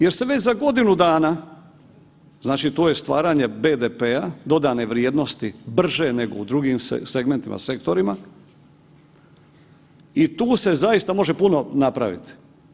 Jer se već za godinu dana, znači to je stvaranje BDP-a dodane vrijednosti brže nego u drugim segmentima, sektorima i tu se zaista može puno napraviti.